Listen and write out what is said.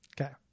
okay